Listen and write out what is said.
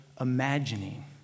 imagining